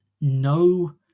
no